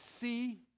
see